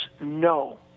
no